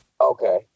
okay